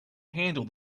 handle